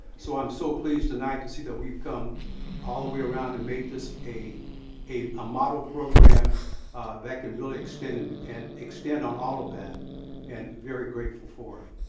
so i'm so pleased tonight to see that we've come all the way around and made this a a model program that can really extend and and extend on all of that and very grateful for it.